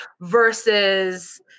versus